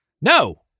No